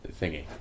thingy